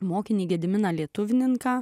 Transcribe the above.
mokinį gediminą lietuvininką